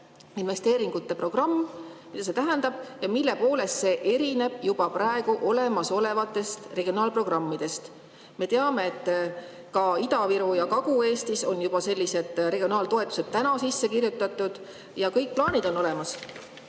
investeeringute programm. Mida see tähendab ja mille poolest see erineb juba praegu olemasolevatest regionaalprogrammidest? Me teame, et ka Ida-Viru ja Kagu-Eesti jaoks on sellised regionaaltoetused juba sisse kirjutatud ja kõik plaanid on olemas.